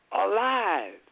alive